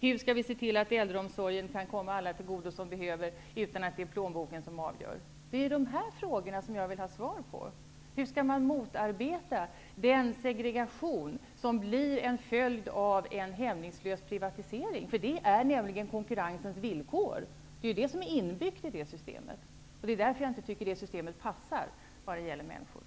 Hur skall vi se till att äldreomsorgen kan komma alla till godo som behöver den utan att plånboken avgör? Det är dessa frågor jag vill ha svar på. Hur skall man motarbeta den segregation som blir en följd av en hämningslös privatisering? Detta är nämligen konkurrensens villkor. Det är inbyggt i systemet. Det är därför jag inte tycker att det systemet passar när det gäller vård av människor.